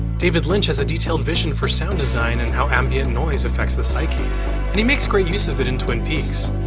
david lynch has a detailed vision for sound design and how ambient noise affects the psyche, and he makes great use of it in twin peaks.